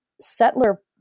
settler